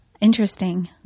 Interesting